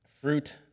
Fruit